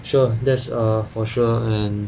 sure that's err for sure and